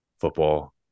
football